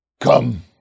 Come